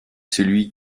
celui